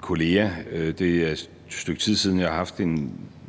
kollega. Det er et stykke tid siden, jeg har haft en